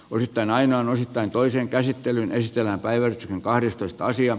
olitte näin on osittain toisen käsittelyn ystävänpäivä on kahdestoista sija